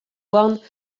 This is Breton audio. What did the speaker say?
houarn